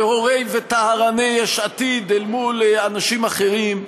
לא של טהורי וטהרני יש עתיד אל מול אנשים אחרים.